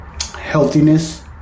healthiness